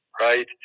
Right